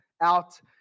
out